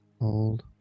Hold